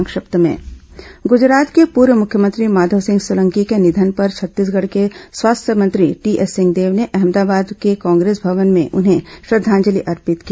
संक्षिप्त समाचार गूजरात के पूर्व मुख्यमंत्री माधव सिंह सोलंकी के निधन पर छत्तीसगढ़ के स्वास्थ्य मंत्री टीएस सिंहदेव ने अहमदाबाद के कांग्रेस भवन में उन्हें श्रद्धांजलि अर्पित की